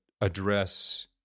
address